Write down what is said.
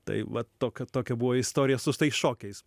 tai va tokia tokia buvo istorija su tais šokiais